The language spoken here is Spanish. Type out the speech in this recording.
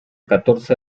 catorce